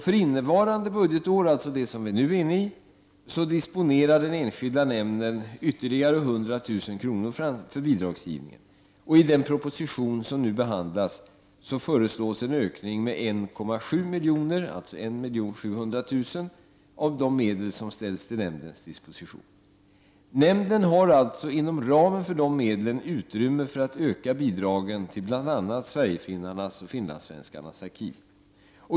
För innevarande budgetår disponerar den enskilda nämnden ytterligare 100 000 kr. för bidragsgivningen. I den proposition som nu behandlas föreslås en ökning med 1,7 milj.kr. av de medel som ställs till nämndens disposition. Nämnden har alltså inom ramen för de medlen utrymme för att öka bidraget till bl.a. Sverigefinnarnas och finlandssvenskarnas arkiv.